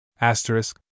Asterisk